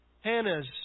Hannah's